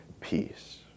peace